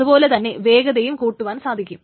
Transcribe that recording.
അതുപോലെ തന്നെ വേഗതയും കൂട്ടുവാൻ സാധിക്കും